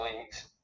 leagues